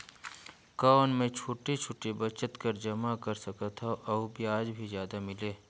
कौन मै छोटे छोटे बचत कर जमा कर सकथव अउ ब्याज भी जादा मिले?